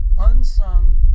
unsung